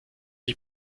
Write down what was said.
ich